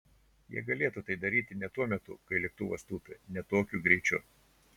jie galėtų tai daryti ne tuo metu kai lėktuvas tūpia ne tokiu greičiu